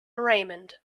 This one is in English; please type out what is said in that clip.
raymond